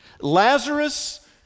Lazarus